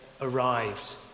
arrived